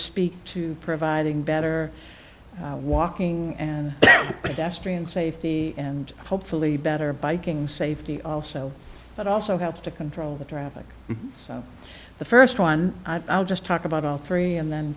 speak to providing better walking and extreme safety and hopefully better biking safety also but also help to control the traffic so the first one i'll just talk about all three and then